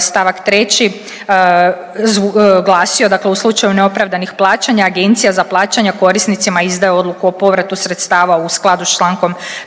stavak 3. glasio: „Dakle u slučaju neopravdanih plaćanja, Agencija za plaćanja korisnicima izdaje odluku o povratu sredstava u skladu sa člankom 54.